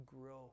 grow